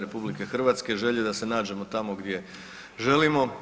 RH u želji da se nađemo tamo gdje želimo.